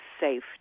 safe